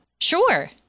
Sure